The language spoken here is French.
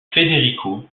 federico